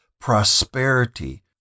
prosperity